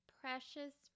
precious